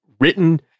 written